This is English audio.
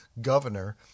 governor